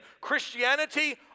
Christianity